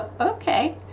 Okay